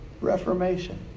Reformation